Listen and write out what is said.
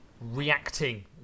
reacting